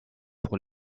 pour